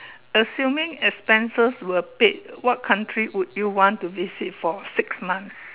assuming expenses were paid what country would you want to visit for six months